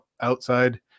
outside